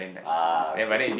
ah okay